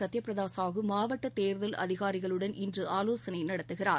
சத்யப்பிரதா சாஹூ மாவட்ட தேர்தல் அதிகாரிகளுடன் இன்று ஆலோசனை நடத்துகிறார்